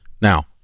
Now